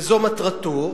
וזו מטרתו,